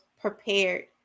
prepared